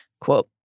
Quote